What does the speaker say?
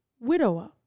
widower